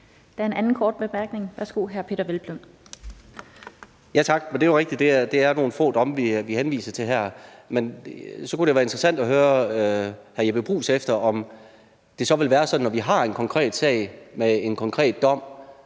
Der er en anden kort bemærkning. Værsgo, hr. Peder Hvelplund. Kl. 16:46 Peder Hvelplund (EL): Tak. Det er jo rigtigt, at det er nogle få domme, vi henviser til her. Men så kunne det være interessant at høre hr. Jeppe Bruus efter, om det så, når vi har en konkret sag med en konkret dom,